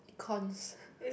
Econs